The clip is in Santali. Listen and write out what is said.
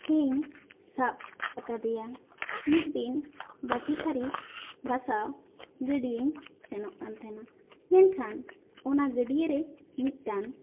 ᱦᱮᱧ ᱥᱟᱵ ᱟᱠᱟᱫᱮᱭᱟ ᱢᱤᱫ ᱫᱤᱱ ᱵᱟᱹᱴᱤ ᱛᱷᱟᱹᱨᱤ ᱜᱟᱥᱟᱣ ᱜᱤᱰᱤ ᱥᱮᱱᱚᱜ ᱠᱟᱱ ᱛᱟᱦᱮᱱᱟ ᱢᱮᱱᱠᱷᱟᱱ ᱚᱱᱟ ᱜᱟᱹᱰᱤᱭᱟᱹ ᱨᱮ ᱢᱤᱫᱴᱟᱝ